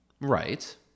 Right